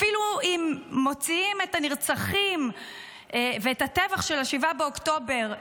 אפילו אם מוציאים את הנרצחים ואת הטבח של 7 באוקטובר,